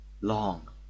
long